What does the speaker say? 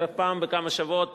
שבערך פעם בכמה שבועות,